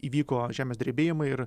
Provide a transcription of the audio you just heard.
įvyko žemės drebėjimai ir